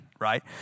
right